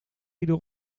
iedere